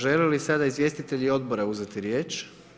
Žele li sada izvjestitelji odbora uzeti riječ?